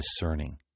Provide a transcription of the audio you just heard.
discerning